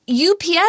UPS